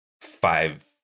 five